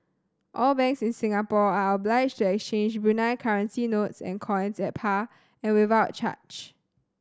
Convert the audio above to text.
all banks in Singapore are obliged to exchange Brunei currency notes and coins at par and without charge